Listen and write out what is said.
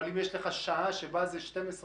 אבל אם יש לך שעה שבה זה 12.7,